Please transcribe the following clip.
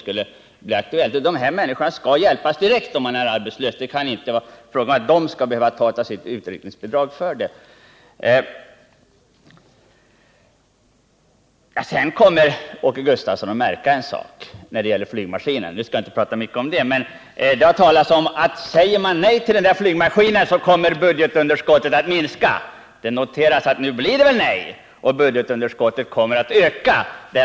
De här människorna skall hjälpas direkt om de är arbetslösa. Jag skall inte prata mycket om flygmaskinen, men Åke Gustavsson kommer att märka en sak i det sammanhanget. Det har sagts att säger man nej till den så kommer budgetunderskottet att minska. Det noteras att nu blir det nej. Och budgetunderskottet kommer att öka!